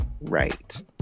right